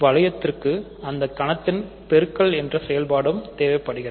வளையத்திற்கு அந்தக் கணத்தின் பெருக்கல் என்ற செயல்பாடும் தேவைப்படுகிறது